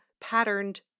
patterned